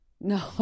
No